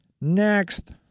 next